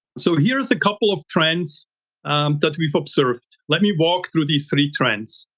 so here is a couple of trends that we've observed. let me walk through these three trends.